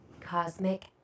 Cosmic